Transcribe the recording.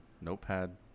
Notepad